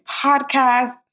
Podcast